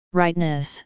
rightness